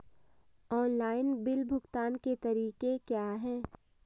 Online bill भुगतान के तरीके क्या हैं?